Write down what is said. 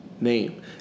name